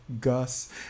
Gus